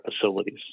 facilities